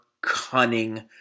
cunning